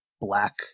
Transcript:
black